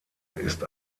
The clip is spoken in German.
ist